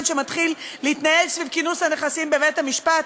שמתחיל להתנהל סביב כינוס הנכסים בבית-המשפט,